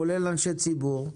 כולל אנשי ציבור,